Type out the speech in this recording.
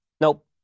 Nope